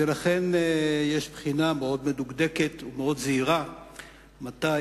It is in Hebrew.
ולכן יש בחינה מאוד מדוקדקת ומאוד זהירה מתי,